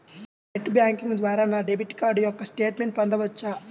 Net banking ద్వారా నా debit card యొక్క స్టేట్మెంట్ పొందవచ్చా?